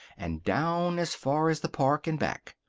and down as far as the park and back.